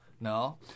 No